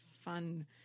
fun